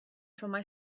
from